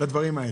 שלוש